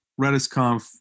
RedisConf